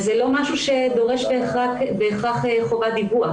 זה לא משהו שבהכרח דורש חובת דיווח.